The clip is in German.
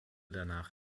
danach